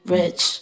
rich